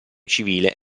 civile